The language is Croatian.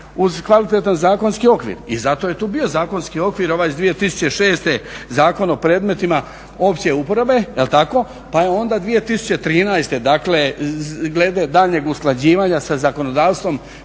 uz kvalitetan zakonski okvir i zato je tu bio zakonski okvir ovaj iz 2006. Zakon o premetima opće uporabe, jel tako? Pa je onda 2013., dakle glede daljnjeg usklađivanja sa zakonodavstvo